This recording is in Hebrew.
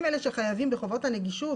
הם אלה שחייבים בחובות הנגישות